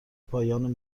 پایان